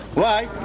why?